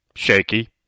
shaky